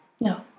No